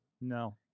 No